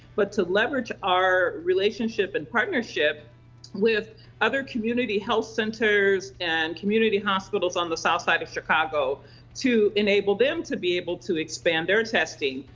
but to leverage our relationship and partnership with other community health centers and community hospitals on the south side of chicago to enable them to be able to expand their testing.